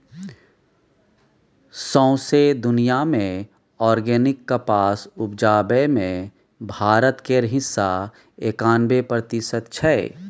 सौंसे दुनियाँ मे आर्गेनिक कपास उपजाबै मे भारत केर हिस्सा एकानबे प्रतिशत छै